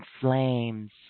flames